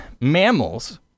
mammals